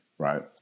Right